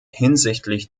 hinsichtlich